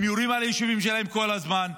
הם יורים על היישובים שלהם כל הזמן,